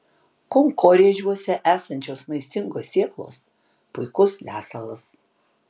kankorėžiuose esančios maistingos sėklos puikus lesalas